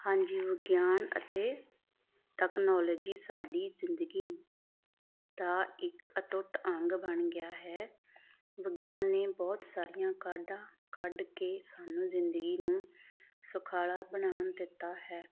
ਹਾਂਜੀ ਵਿਗਿਆਨ ਅਤੇ ਟੈਕਨੋਲੋਜੀ ਸਾਡੀ ਜ਼ਿੰਦਗੀ ਦਾ ਇੱਕ ਅਟੁੱਟ ਅੰਗ ਬਣ ਗਿਆ ਹੈ ਵਿਗਿਆਨ ਨੇ ਬਹੁਤ ਸਾਰੀਆਂ ਕਾਢਾਂ ਕੱਢ ਕੇ ਸਾਨੂੰ ਜ਼ਿੰਦਗੀ ਨੂੰ ਸੁਖਾਲਾ ਬਣਾਉਣ ਦਿੱਤਾ ਹੈ